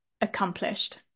accomplished